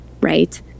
right